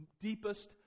deepest